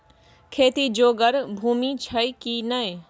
खेती जोगर भूमि छौ की नै?